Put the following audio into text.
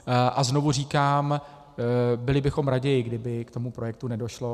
A znovu říkám, byli bychom raději, kdyby k tomu projektu nedošlo.